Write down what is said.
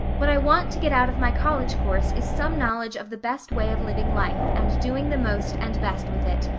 what i want to get out of my college course is some knowledge of the best way of living life and doing the most and best with it.